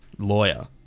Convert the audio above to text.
Lawyer